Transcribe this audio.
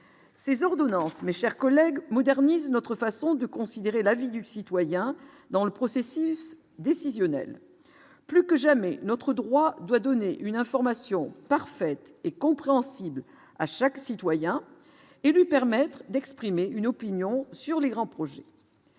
ces ordonnances, mes chers collègues, modernise notre façon de considérer la vie du citoyen dans le processus décisionnel, plus que jamais notre droit doit donner une information parfaite et compréhensible à chaque citoyen et lui permettre d'exprimer une opinion sur les grands projets